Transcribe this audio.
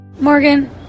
Morgan